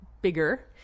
bigger